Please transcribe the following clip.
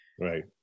right